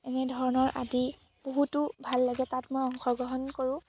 এনেধৰণৰ আদি বহুতো ভাল লাগে তাত মই অংশগ্ৰহণ কৰোঁ